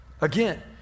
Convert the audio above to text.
Again